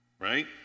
right